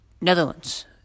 Netherlands